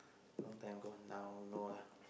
a long time ago now no lah